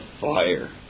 fire